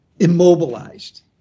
immobilized